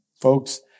folks